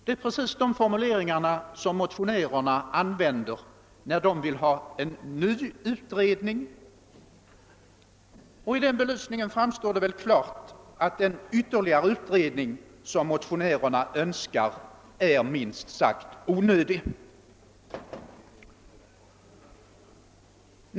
Det är precis de formuleringar som motionärerna använder när de begär en ny utredning. I denna belysning framstår det väl som klart att den ytterligare utredning som motionärerna önskar är minst sagt onödig.